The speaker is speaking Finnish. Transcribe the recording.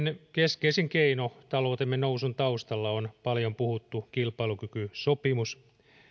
keskeisin keino taloutemme nousun taustalla on paljon puhuttu kilpailukykysopimus